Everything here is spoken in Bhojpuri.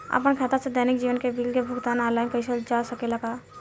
आपन खाता से दैनिक जीवन के बिल के भुगतान आनलाइन कइल जा सकेला का?